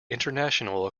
international